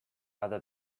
other